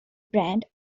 brand